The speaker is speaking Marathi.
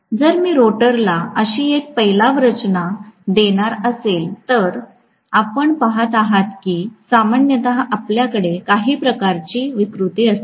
जर मी रोटरला अशी एक फैलाव रचना देणार असेल तर आपण पहात आहात की सामान्यत आपल्याकडे काही प्रकारचे विकृती असेल